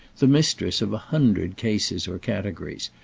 the mistress of a hundred cases or categories,